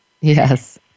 yes